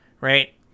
right